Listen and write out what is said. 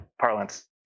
parlance